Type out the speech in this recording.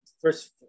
first